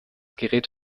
gerät